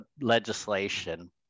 legislation